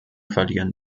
verlieren